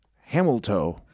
Hamilton